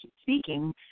speaking